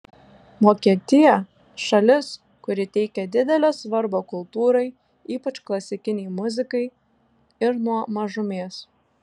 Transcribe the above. vokietija šalis kuri teikia didelę svarbą kultūrai ypač klasikinei muzikai ir nuo mažumės